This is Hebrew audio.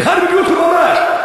בּיח'רבּ בּיותכּם ממש.